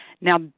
Now